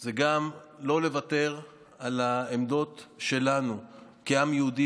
זה גם לא לוותר על העמדות שלנו כעם יהודי